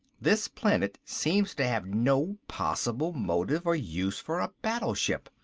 this planet seems to have no possible motive or use for a battleship.